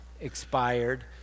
expired